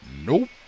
Nope